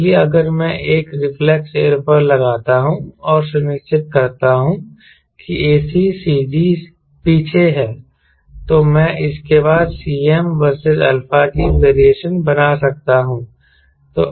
इसलिए अगर मैं एक रिफ्लेक्स एयरफॉयल लगाता हूं और सुनिश्चित करता हूं कि ac CG पीछे है तो मैं इसके बाद Cm वर्सेस α की वेरिएशन बना सकता हूं